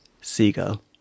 Seagull